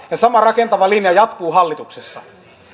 ja sama rakentava linja jatkuu hallituksessa